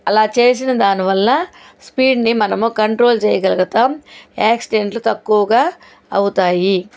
అలా చేసిన దాని వల్ల స్పీడ్ని మనము కంట్రోల్ చేయగలగుతాం యాక్సిడెంట్లు తక్కువగా అవుతాయి